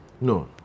No